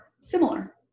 similar